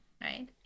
right